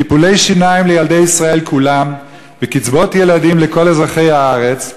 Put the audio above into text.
טיפולי שיניים לילדי ישראל כולם וקצבאות ילדים לכל אזרחי הארץ,